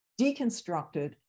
deconstructed